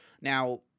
Now